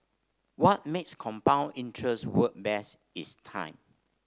what makes compound interest work best is time